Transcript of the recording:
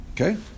Okay